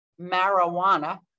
marijuana